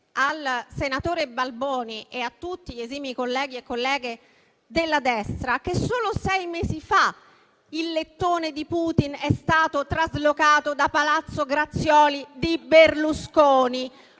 al senatore Balboni e a tutti gli esimi colleghi e colleghe della destra che solo sei mesi fa il "lettone" di Putin è stato traslocato da Palazzo Grazioli di Berlusconi.